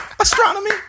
Astronomy